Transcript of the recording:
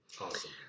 Awesome